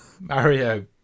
Mario